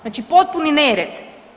Znači potpuni nered!